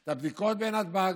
את הבדיקות בנתב"ג.